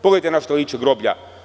Pogledajte na šta liče groblja.